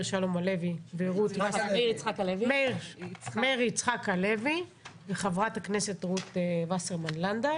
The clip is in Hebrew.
כרגע, מאיר יצחק הלוי וחברת הכנסת רות וסרמן לנדה,